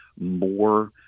more